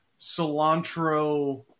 cilantro